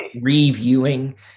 reviewing